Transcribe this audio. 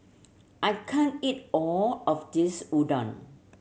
I can't eat all of this Udon